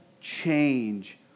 change